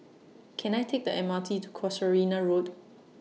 Can I Take The M R T to Casuarina Road